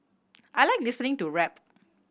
I like listening to rap